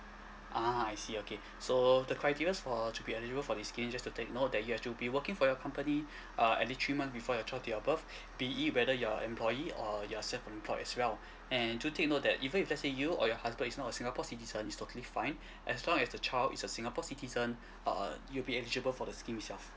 ah I see okay so the criterias for to be eligible for this scheme just to take note that you have to be working for your company uh at least three months before your child date of birth be it whether you're employee or you are self employed as well and do take note that even if let's say you or your husband is not a singapore citizen it's totally fine as long as the child is a singapore citizen err you'll be eligible for the scheme itself